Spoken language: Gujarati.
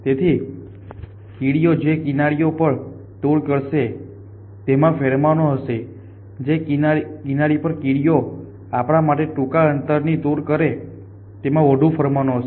તેથી કીડીઓ જે કિનારીઓ પર ટૂર કરશે તેમાં ફેરોમોન્સ હશે જે કિનારીઓ પર કીડીઓ આપણા માટે ટૂંકા અંતરની ટૂર કરે છે તેમાં વધુ ફેરોમોન્સ હશે